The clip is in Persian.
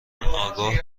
آگاه